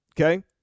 Okay